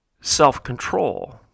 self-control